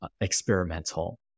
experimental